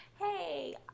hey